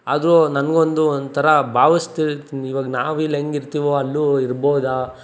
ಆದರೂ ನನಗು ಒಂದು ಒಂಥರ ಭಾವಿಸ್ತಿರ್ತೀನಿ ಇವಾಗ ನಾವು ಇಲ್ಲಿ ಹೇಗಿರ್ತಿವೊ ಅಲ್ಲೂ ಇರ್ಬೋದ